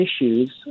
issues